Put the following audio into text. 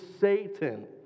Satan